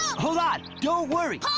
hold on! don't worry!